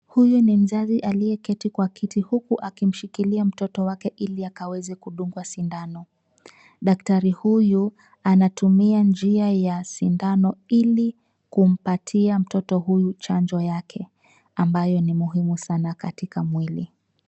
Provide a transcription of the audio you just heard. Huyu ni mzazi aliyeketi kwa kiti huku akimshikilia mtoto wake ili akaweze kudungwa sindano. Daktari huyu anatumia njia ya sindano ili kumpatia mtoto huyu chanjo yake ambayo ni muhimu sana katika mwili.